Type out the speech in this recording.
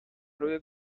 روی